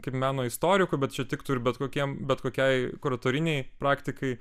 kaip meno istorikų bet čia tiktų ir bet kokiam bet kokiai kuratorinei praktikai